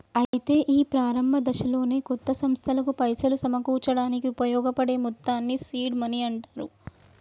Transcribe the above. అయితే ఈ ప్రారంభ దశలోనే కొత్త సంస్థలకు పైసలు సమకూర్చడానికి ఉపయోగించబడే మొత్తాన్ని సీడ్ మనీ అంటారు